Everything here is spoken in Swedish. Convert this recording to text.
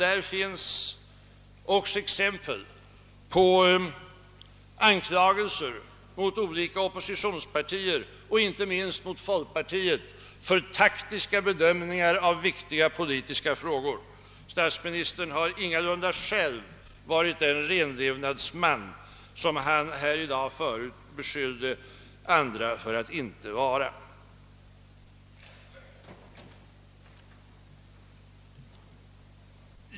Där finns exempel på anklagelser mot olika oppositionspartier — inte minst mot folkpartiet — för taktiska bedömningar av viktiga politiska frågor. Statsministern har ingalunda själv varit den renlevnadsman i detta avseende som han tidigare i dag beskyllt andra för att inte vara.